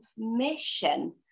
permission